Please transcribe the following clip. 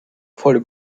volle